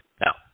Now